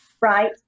right